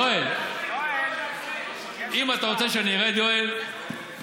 אני רוצה לראות את התקנון.